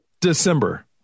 December